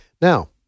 Now